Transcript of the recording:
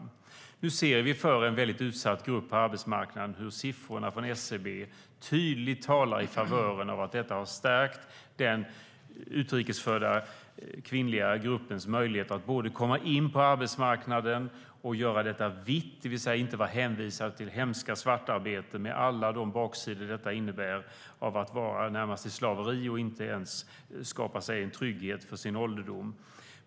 Nu ser vi att siffrorna från SCB när det gäller en väldigt utsatt grupp på arbetsmarknaden tydligt talar om att detta har stärkt den utrikes födda kvinnliga gruppens möjligheter att inte bara komma in på arbetsmarknaden utan dessutom göra det vitt. Man är alltså inte hänvisad till hemskt svartarbete med alla de baksidor det innebär av att vara i det närmaste i slaveri och inte ens skapa sig trygghet för sin ålderdom.